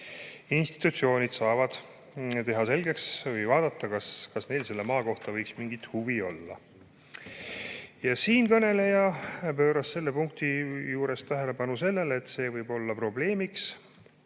institutsioonid saavad teha selgeks või vaadata, kas neil selle maa kohta võiks mingit huvi olla. Siinkõneleja pööras selle punkti juures tähelepanu sellele, et see võib olla probleem,